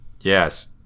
Yes